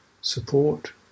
support